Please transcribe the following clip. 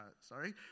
Sorry